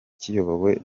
kiyobowe